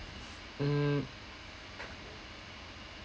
mm